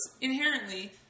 inherently